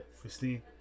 Christine